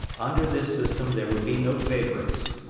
under this system there would be no favorites.